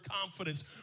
confidence